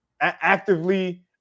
actively